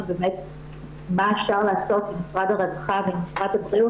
באמת מה אפשר לעשות עם משרד הרווחה ומשרד הבריאות